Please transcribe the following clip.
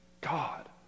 God